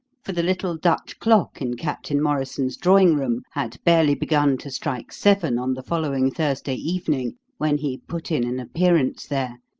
for the little dutch clock in captain morrison's drawing-room had barely begun to strike seven on the following thursday evening when he put in an appearance there,